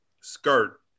skirt